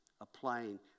applying